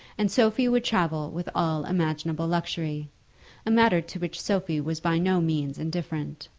and sophie would travel with all imaginable luxury a matter to which sophie was by no means indifferent,